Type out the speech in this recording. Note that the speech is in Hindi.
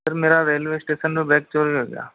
सर मेरा रेल्वे स्टेशन से बैग चोरी हो गया